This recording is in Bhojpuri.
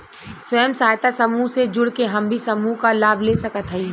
स्वयं सहायता समूह से जुड़ के हम भी समूह क लाभ ले सकत हई?